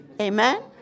Amen